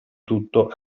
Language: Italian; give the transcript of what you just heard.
tutto